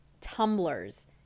tumblers